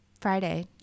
Friday